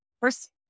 first